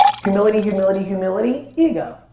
humility, humility, humility, ego.